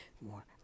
more